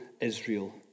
Israel